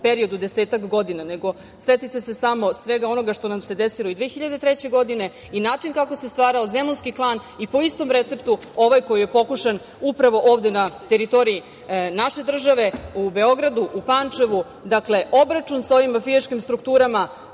periodu od desetak godina, nego setite se samo svega onoga što nam se desilo i 2003. godine i način kako se stvarao zemunski klan i po istom receptu ovaj koji je pokušan upravo ovde na teritoriji naše države u Beogradu u Pančevu. Dakle, obračun sa ovim mafijaškim strukturama,